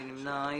מי נמנע?